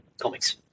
comics